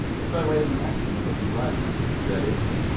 but by way of an estimate of its rights, that is,